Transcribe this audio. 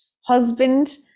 husband